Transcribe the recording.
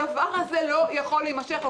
הדבר הזה לא יכול להימשך.